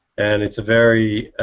and it's a very.